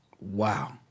Wow